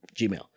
Gmail